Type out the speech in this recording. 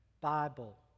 Bible